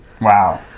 wow